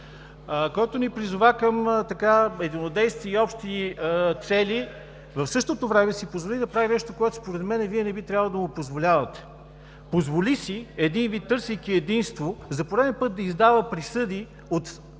По-спокойно! …единодействие и общи цели, в същото време си позволи да прави нещо, което според мен Вие не би трябвало да го позволявате. Позволи си един вид търсейки единство, за пореден път да издава присъди